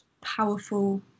...powerful